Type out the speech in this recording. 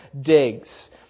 digs